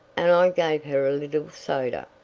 and i gave her a little soda.